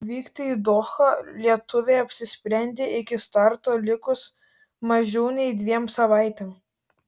vykti į dohą lietuvė apsisprendė iki starto likus mažiau nei dviem savaitėms